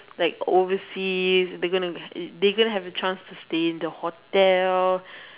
like overseas they gonna go they gonna have a chance to stay in the hotel